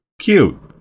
Cute